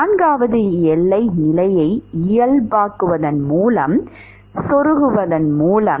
நான்காவது எல்லை நிலையை இயல்பாக்குவதன் மூலம் செருகுவதன் மூலம்